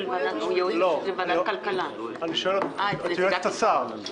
נציגת השר,